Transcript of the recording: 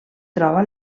troba